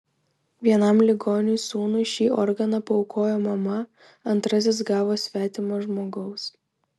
vienam ligoniui sūnui šį organą paaukojo mama antrasis gavo svetimo žmogaus